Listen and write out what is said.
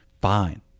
fine